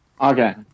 Okay